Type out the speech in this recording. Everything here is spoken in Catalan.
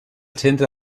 centre